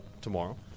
tomorrow